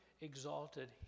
exalted